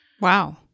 Wow